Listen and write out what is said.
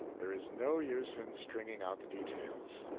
there is no use in stringing out the details.